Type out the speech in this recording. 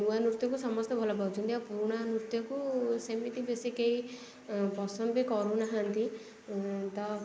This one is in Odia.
ନୂଆ ନୃତ୍ୟକୁ ସମସ୍ତେ ଭଲ ପାଉଛନ୍ତି ଆଉ ପୁରୁଣା ନୃତ୍ୟକୁ ସେମିତି ବେଶି କେହି ପସନ୍ଦ ବି କରୁନାହାଁନ୍ତି ତ